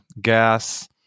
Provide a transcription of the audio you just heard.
gas